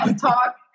Talk